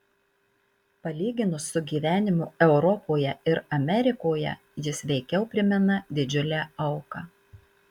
palyginus su gyvenimu europoje ir amerikoje jis veikiau primena didžiulę auką